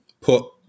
put